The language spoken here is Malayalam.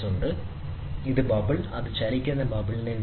അതിനാൽ ഇത് ഒരു ബബിൾ അത് ചലിക്കുന്ന ബബിളിനെ നീക്കുന്നു